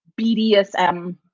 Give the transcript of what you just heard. BDSM